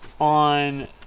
On